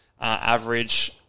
average